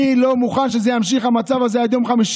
אני לא מוכן שהמצב הזה יימשך עד יום חמישי.